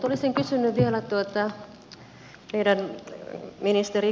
olisin kysynyt vielä ministeri kiurulta